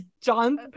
John